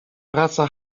praca